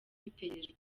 bitegerejwe